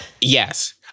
Yes